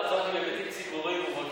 היבטים ציבוריים מובהקים.